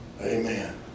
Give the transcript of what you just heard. Amen